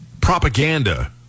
propaganda